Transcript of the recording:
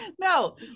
No